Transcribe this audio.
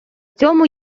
цьому